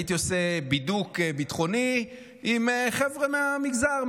בסוף הייתי עושה בידוק ביטחוני עם חבר'ה מהמגזר,